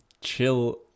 chill